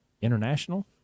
international